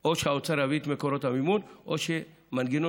או שהאוצר יביא את מקורות המימון או מנגנון